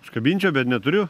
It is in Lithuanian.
užkabinčiau bet neturiu